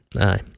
Aye